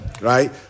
right